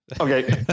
Okay